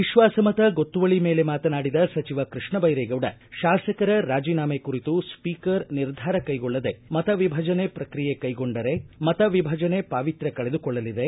ವಿಶ್ವಾಸಮತ ಗೊತ್ತುವಳಿ ಮೇಲೆ ಮಾತನಾಡಿದ ಸಚಿವ ಕೃಷ್ಣ ಬೈರೇಗೌಡ ಶಾಸಕರ ರಾಜಿನಾಮೆ ಕುರಿತು ಸ್ವೀಕರ್ ನಿರ್ಧಾರ ಕೈಗೊಳ್ಳದೇ ಮತ ವಿಭಜನೆ ಪ್ರಕ್ರಿಯೆ ಕೈಗೊಂಡರೆ ಮತ ವಿಭಜನೆ ಪಾವಿತ್ರ್ಯ ಕಳೆದುಕೊಳ್ಳಲಿದೆ